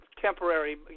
temporary